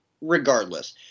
regardless